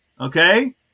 okay